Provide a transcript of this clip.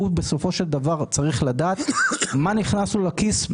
הוא צריך לדעת מה נכנס לו לכיס,